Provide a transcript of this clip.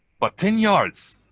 but ten yards